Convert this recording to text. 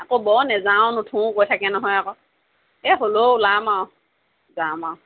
আকৌ বৰ নাযাওঁ নথও কৈ থাকে নহয় আকৌ এই হ'লেও ওলাম আৰু যাম আৰু